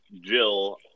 Jill